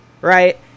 Right